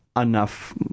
enough